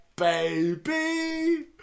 Baby